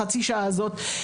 החצי שעה הזאת,